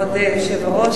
כבוד היושב-ראש,